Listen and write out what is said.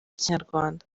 kinyarwanda